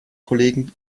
kollegen